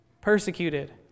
persecuted